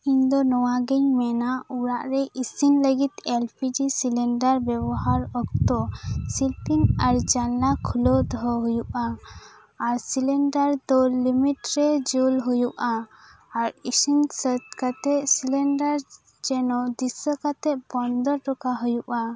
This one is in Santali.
ᱤᱧ ᱫᱚ ᱱᱚᱣᱟ ᱜᱤᱧ ᱢᱮᱱᱟᱜ ᱚᱲᱟᱜ ᱨᱮ ᱤᱥᱤᱱ ᱞᱟᱹᱜᱤᱫ ᱮᱞ ᱯᱤ ᱜᱤ ᱥᱤᱞᱤᱱᱰᱟᱨ ᱵᱮᱵᱚᱦᱟᱨ ᱚᱠᱛᱚ ᱥᱤᱞᱯᱤᱧ ᱟᱨ ᱡᱟᱱᱟᱞᱟ ᱠᱷᱩᱞᱟᱣ ᱫᱚᱦᱚ ᱦᱩᱭᱩᱜᱼᱟ ᱟᱨ ᱥᱤᱞᱤᱱᱰᱟᱨ ᱫᱚ ᱞᱤᱢᱤᱴ ᱨᱮ ᱡᱩᱞ ᱦᱩᱭᱩᱜᱼᱟ ᱟᱨ ᱤᱥᱤᱱ ᱥᱟ ᱛ ᱠᱟᱴᱮᱫ ᱥᱤᱞᱤᱱᱰᱟᱨ ᱡᱮᱱᱚ ᱫᱤᱥᱟᱹ ᱠᱟᱛᱮᱫ ᱵᱚᱱᱫᱚ ᱴᱚ ᱠᱟᱜ ᱦᱩᱭᱩᱜᱼᱟ